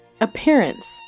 Appearance